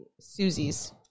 Susie's